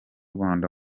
rwanda